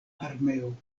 armeo